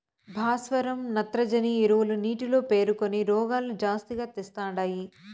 భాస్వరం నత్రజని ఎరువులు నీటిలో పేరుకొని రోగాలు జాస్తిగా తెస్తండాయి